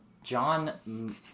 John